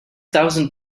thousand